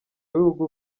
w’ibihugu